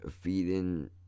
feeding